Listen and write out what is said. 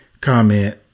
comment